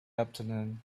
afternoon